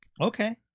okay